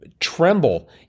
Tremble